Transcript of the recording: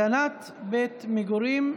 הגנת בית מגורים,